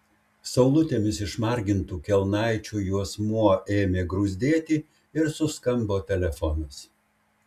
saulutėmis išmargintų kelnaičių juosmuo ėmė gruzdėti ir suskambo telefonas